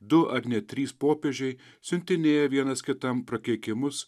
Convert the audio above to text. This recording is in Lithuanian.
du ar net trys popiežiai siuntinėję vienas kitam prakeikimus